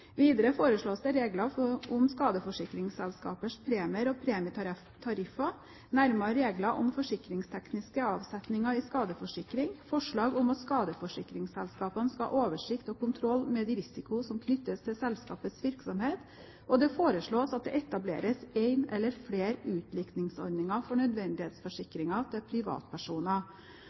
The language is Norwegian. Videre foreslås det regler om skadeforsikringsselskapers premier og premietariffer, nærmere regler om forsikringstekniske avsetninger i skadeforsikring, forslag om at skadeforsikringsselskaper skal ha oversikt og kontroll med de risikoer som knytter seg til selskapets virksomhet, det foreslås at det etableres en eller flere utligningsordninger for nødvendighetsforsikringer til privatpersoner